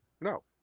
no